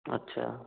अच्छा